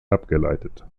abgeleitet